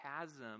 chasm